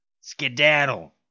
Skedaddle